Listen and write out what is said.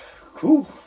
cool